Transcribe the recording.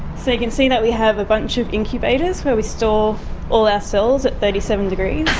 so you can see that we have a bunch of incubators where we store all our cells at thirty seven degrees,